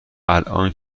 الان